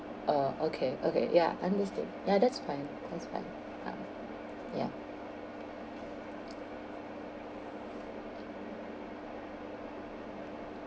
uh okay okay ya understood ya that's fine that's fine ah ya